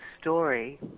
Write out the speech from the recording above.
story